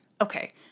Okay